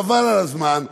חבל על הזמן,